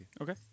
Okay